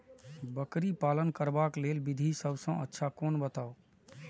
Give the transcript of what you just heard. बकरी पालन करबाक लेल विधि सबसँ अच्छा कोन बताउ?